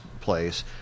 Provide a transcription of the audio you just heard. place